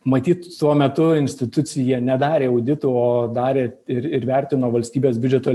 matyt tuo metu institucija nedarė auditų o darė ir ir vertino valstybės biudžeto